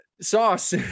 sauce